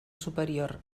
superior